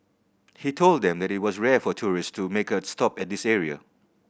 he told them that it was rare for tourist to make a stop at this area